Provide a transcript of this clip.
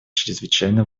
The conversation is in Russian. чрезвычайно